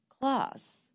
class